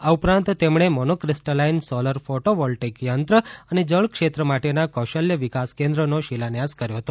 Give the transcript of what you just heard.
આ ઉપરાંત તેમણે મોનોક્રિસ્ટલાઈન સોલર ફોટો વોલ્ટિક યંત્ર અને જળ ક્ષેત્ર માટેના કૌશલ્ય વિકાસ કેન્દ્રનો શિલાન્યાસ કર્યો હતો